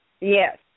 Yes